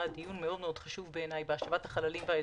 דיון מאוד חשוב בהשבת החללים והאזרחים,